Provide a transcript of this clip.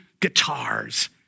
guitars